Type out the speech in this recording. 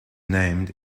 named